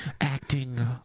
acting